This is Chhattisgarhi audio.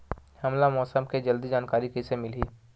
हमला मौसम के जल्दी जानकारी कइसे मिलही?